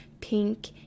pink